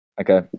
Okay